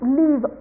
leave